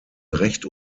recht